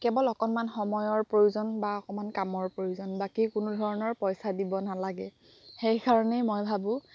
কেৱল অকণমান সময়ৰ প্ৰয়োজন বা অকণমান কামৰ প্ৰয়োজন বাকী কোনোধৰণৰ পইচা দিব নালাগে সেইকাৰণেই মই ভাবো